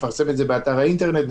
באתר האינטרנט,